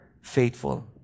faithful